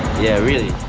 yeah, really.